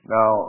Now